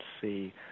see